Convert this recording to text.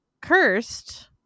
cursed